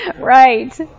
Right